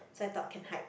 so I thought can hide